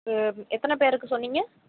இது எத்தனை பேருக்கு சொன்னீங்க